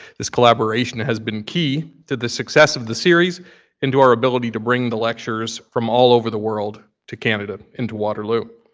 this collaboration has been key to the success of the series and to our ability to bring the lecturers from all over the world to canada and to waterloo.